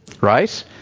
Right